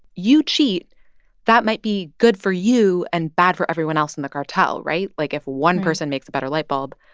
you cheat that might be good for you and bad for everyone else in the cartel, right? like, if. right. one person makes a better light bulb,